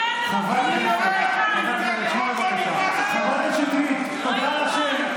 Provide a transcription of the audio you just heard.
חברת הכנסת שטרית, תודה על השמן.